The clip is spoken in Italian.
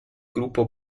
gruppo